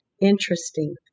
interesting